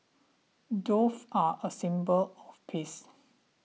dove are a symbol of peace